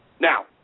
Now